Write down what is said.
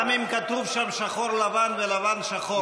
גם אם כתוב שם שחור, לבן, ולבן, שחור.